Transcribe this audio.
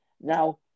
Now